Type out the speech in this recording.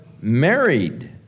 married